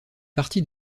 partie